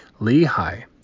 Lehi